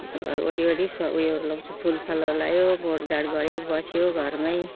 अन्त घर वरिपरि स उयोहरू लगाउँछु फुलफलहरू लगायो गोडगाड गर्यो बस्यो घरमै